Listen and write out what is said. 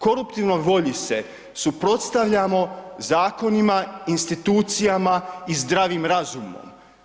Koruptivnoj volji se suprotstavljamo zakonima, institucijama i zdravim razumom.